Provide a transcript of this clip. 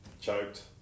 Choked